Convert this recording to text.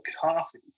coffee